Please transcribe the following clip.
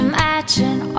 Imagine